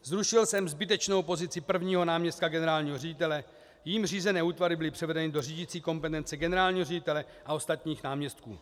Zrušil jsem zbytečnou pozici prvního náměstka generálního ředitele, jím řízené útvary byly převedeny do řídicí kompetence generálního ředitele a ostatních náměstků.